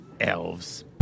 Elves